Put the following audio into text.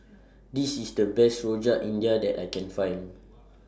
This IS The Best Rojak India that I Can Find